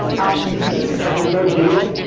after you create your second, third video,